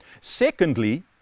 Secondly